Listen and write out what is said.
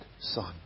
Son